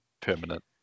permanent